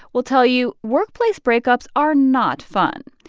will tell you workplace breakups are not fun.